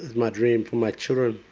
my dream for my children,